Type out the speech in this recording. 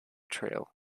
trail